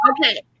Okay